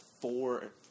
four